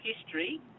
history